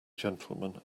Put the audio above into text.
gentleman